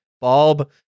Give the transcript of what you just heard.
Bob